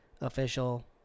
official